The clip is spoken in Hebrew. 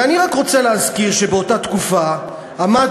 ואני רק רוצה להזכיר שבאותה תקופה עמד